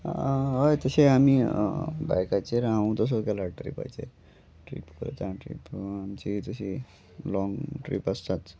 हय तशें आमी बायकाचेर हांव तसों गेलां ट्रिपाचेर ट्रीप करता ट्रीप आमची तशी लॉंग ट्रीप आसताच लॉंग रायड